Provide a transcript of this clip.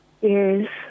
Yes